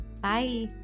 bye